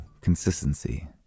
Consistency